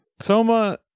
soma